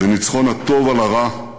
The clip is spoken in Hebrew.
בניצחון הטוב על הרע,